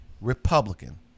Republican